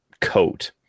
coat